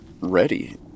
ready